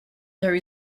there